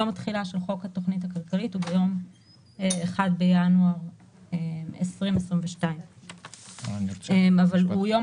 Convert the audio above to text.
יום התחילה של חוק התוכנית הכלכלית הוא 1 בינואר 2022. הוא יום